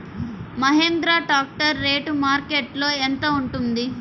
Mahindra tractor rate మార్కెట్లో యెంత ఉంటుంది?